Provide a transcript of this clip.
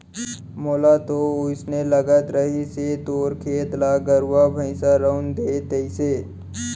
मोला तो वोसने लगत रहिस हे तोर खेत ल गरुवा भइंसा रउंद दे तइसे